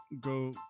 Go